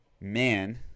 man